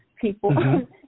people